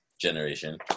generation